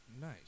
Nice